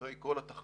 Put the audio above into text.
אחרי כל התחנות,